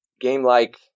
game-like